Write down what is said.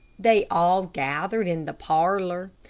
they all gathered in the parlor.